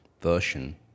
version